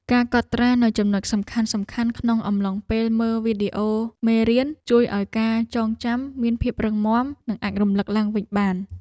ការកត់ត្រានូវចំណុចសំខាន់ៗក្នុងអំឡុងពេលមើលវីដេអូមេរៀនជួយឱ្យការចងចាំមានភាពរឹងមាំ និងអាចរំលឹកឡើងវិញបាន។